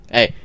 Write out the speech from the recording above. Hey